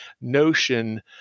notion –